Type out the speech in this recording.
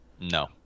No